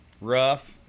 Rough